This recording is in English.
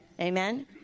Amen